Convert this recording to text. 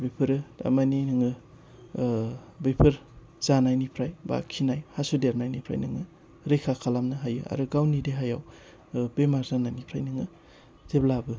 बेफोरो थारमाने नोङो बैफोर जानायनिफ्राय बा खिनाय हासुदेरनायनिफ्राय नोङो रैखा खालामनो हायो आरो गावनि देहायाव बेमार जानायनिफ्राय नोङो जेब्लाबो